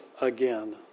again